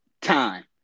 Time